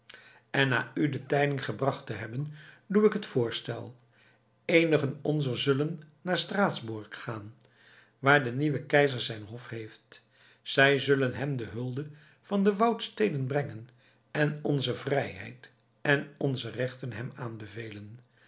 en na u de tijding gebracht te hebben doe ik het voorstel eenigen onzer zullen naar straatsburg gaan waar de nieuwe keizer zijn hof heeft zij zullen hem de hulde van de woudsteden brengen en onze vrijheid en onze rechten hem aanbevelen